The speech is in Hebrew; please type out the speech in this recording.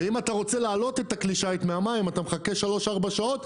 ואם אתה רוצה להעלות את כלי השיט מהמים אתה מחכה שלוש-ארבע שעות.